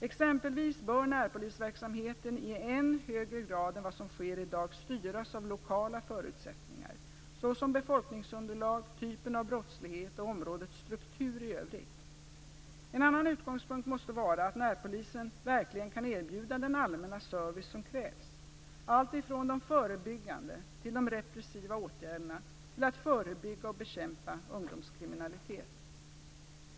Exempelvis bör närpolisverksamheten i än högre grad än vad som sker i dag styras av lokala förutsättningar såsom befolkningsunderlag, typen av brottslighet och områdets struktur i övrigt. En annan utgångspunkt måste vara att närpolisen verkligen kan erbjuda den allmänna service som krävs - alltifrån de förebyggande till de repressiva åtgärderna till att förebygga och bekämpa ungdomskriminalitet.